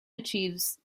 achieves